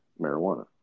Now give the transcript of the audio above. marijuana